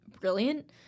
brilliant